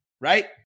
right